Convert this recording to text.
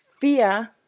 Fear